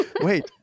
Wait